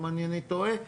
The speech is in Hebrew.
אם אינני טועה,